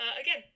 again